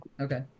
okay